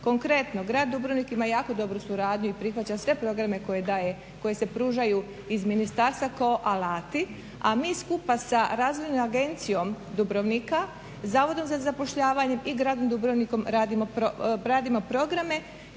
Konkretno, grad Dubrovnik ima jako dobru suradnju i prihvaća sve koji se pružaju iz ministarstva ko alati, a mi skupa sa Razvojnom agencijom Dubrovnika, Zavodom za zapošljavanje i gradom Dubrovnikom radimo programe